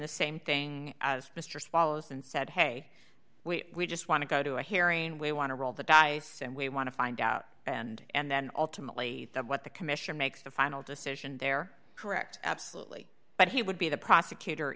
the same thing as mr follows and said hey we just want to go to a hearing we want to roll the dice and we want to find out and and then ultimately what the commissioner makes the final decision they're correct absolutely but he would be the prosecutor